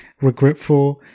regretful